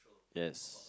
yes